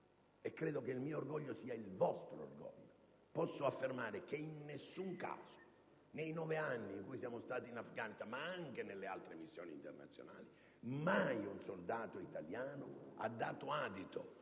credo che il mio orgoglio sia il vostro orgoglio - posso affermare che in alcun caso, nei nove anni in cui siamo stati in Afghanistan ed anche nelle altre missioni internazionali, mai un soldato italiano ha dato adito